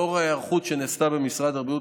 לאור ההיערכות שנעשתה במשרד הבריאות,